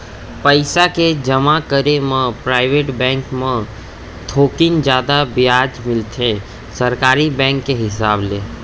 पइसा के जमा करे म पराइवेट बेंक म थोकिन जादा बियाज मिलथे सरकारी बेंक के हिसाब ले